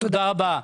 תודה רבה.